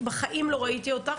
בחיים לא ראיתי אותך,